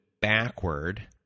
backward